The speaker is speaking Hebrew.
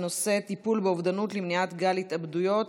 בנושא: טיפול באובדנות למניעת גל התאבדויות.